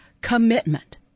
commitment